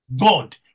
God